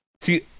See